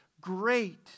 great